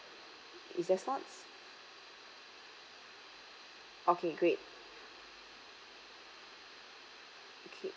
if there slots okay great okay